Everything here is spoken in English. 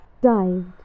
dived